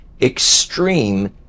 extreme